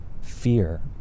fear